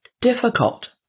difficult